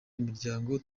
imiryango